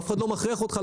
אף אחד לא מכריח אותך,